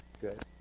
good